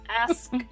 ask